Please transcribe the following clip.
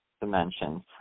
dimensions